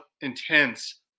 intense